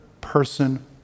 person